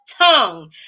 tongue